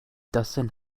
dustin